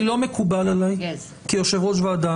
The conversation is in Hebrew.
לא מקובל עליי כיו"ר ועדה,